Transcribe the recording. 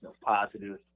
positive